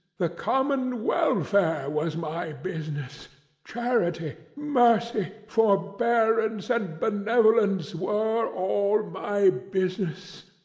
the common welfare was my business charity, mercy, forbearance, and benevolence, were, all, my business.